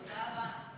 תודה רבה.